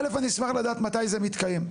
א', אני אשמח לדעת מתי זה מתקיים.